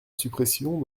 suppression